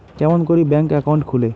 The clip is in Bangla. কেমন করি ব্যাংক একাউন্ট খুলে?